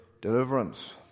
deliverance